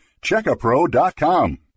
Checkapro.com